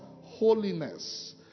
holiness